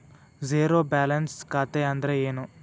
Zero balance ಖಾತೆ ಅಂದ್ರೆ ಏನು?